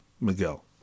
miguel